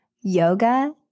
yoga